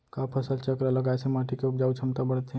का फसल चक्र लगाय से माटी के उपजाऊ क्षमता बढ़थे?